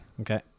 Okay